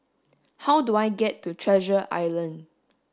how do I get to Treasure Island